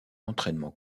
entraînement